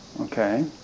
Okay